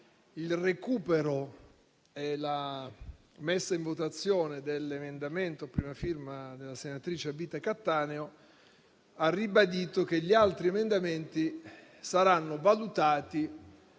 il recupero e la messa in votazione dell'emendamento a prima firma della senatrice a vita Cattaneo, ha ribadito che gli altri emendamenti saranno valutati